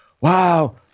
wow